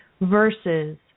versus